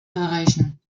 erreichen